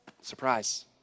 Surprise